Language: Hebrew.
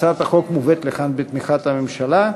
הצעת החוק מובאת לכאן בתמיכת הממשלה,